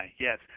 yes